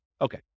Okay